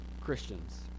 Christians